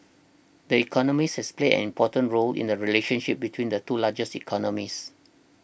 the economist has played an important role in the relationship between the two largest economies